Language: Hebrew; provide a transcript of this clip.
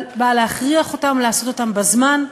אבל באה להכריח אותם לעשות אותם בזמן,